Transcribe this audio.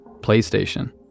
PlayStation